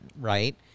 right